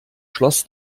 schloss